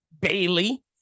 Bailey